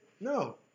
No